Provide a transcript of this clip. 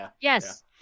yes